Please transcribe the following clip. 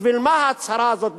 בשביל מה ההצהרה הזאת בכלל?